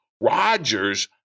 Rodgers